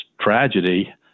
tragedy